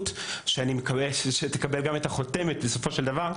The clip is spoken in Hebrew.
שאני מקווה שתקבל גם את החותמת בסופו של דבר.